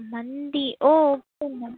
மந்தி ஓ ஓகேம்மா